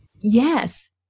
yes